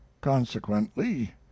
Consequently